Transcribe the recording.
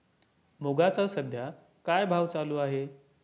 मुगाचा सध्या काय भाव चालू आहे?